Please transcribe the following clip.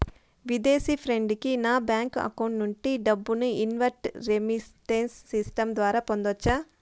విదేశీ ఫ్రెండ్ కి నా బ్యాంకు అకౌంట్ నుండి డబ్బును ఇన్వార్డ్ రెమిట్టెన్స్ సిస్టం ద్వారా పంపొచ్చా?